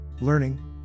Learning